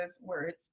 words